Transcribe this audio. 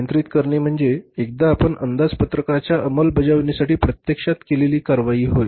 नियंत्रित करणे म्हणजे एकदा आपण अंदाजपत्रकांच्या अंमलबजावणीसाठी प्रत्यक्षात केलेली कारवाई होय